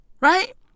Right